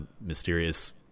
mysterious